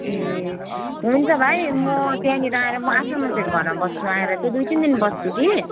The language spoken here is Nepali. ए हुन्छ भाइ म त्यहाँनिर आएर म आफ्नो मान्छेको घरमा बस्छु आएर चाहिँ दुई तिन दिन बस्छु कि